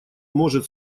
может